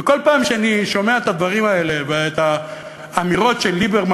וכל פעם שאני שומע את הדברים האלה ואת האמירות של ליברמן